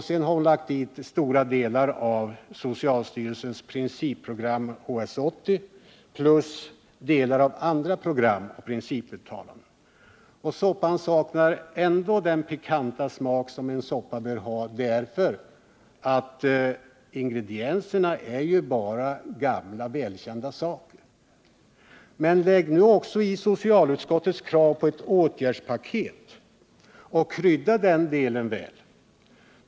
Sedan har hon lagt i stora delar av socialstyrelsens principprogram HS 80 plus delar av andra program och principuttalanden. Men soppan saknar ändå den pikanta smak som en soppa bör ha, eftersom ingredienserna bara är gamla välkända saker. Men lägg också isocialutskottets krav på ett åtgärdspaket, och krydda sedan den delen väl!